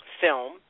film